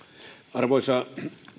arvoisa